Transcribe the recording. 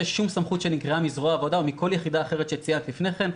שום סמכות שנגרעה מזרוע העבודה או מכל יחידה אחרת שציינת לפני כן.